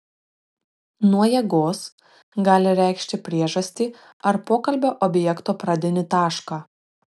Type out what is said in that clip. nuo jėgos gali reikšti priežastį ar pokalbio objekto pradinį tašką